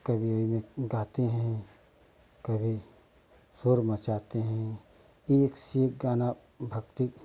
कभी यही में गाते हैं कभी शोर मचाते हैं एक से एक गाना भक्ति